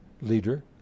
leader